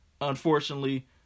unfortunately